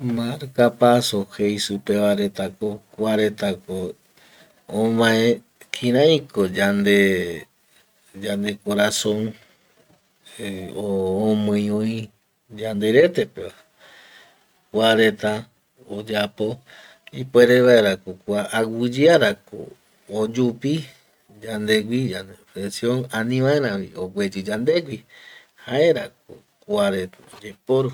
Markapaso jei supeva retako kuaretako ovae kiraiko yande kiraiko yande corazon eh omii oi yande retepeva, kua reta oyapo ipuere vaerako kua aguiyearako oyupi yandegui yande presion, ani vaeravi ogueyi yandegui jaerako kua reta oyeporu